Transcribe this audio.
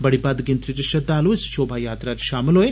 बड़ी बद्द गिनतरी च श्रद्वालु इस शोभा यात्रा च शामल होए